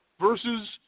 versus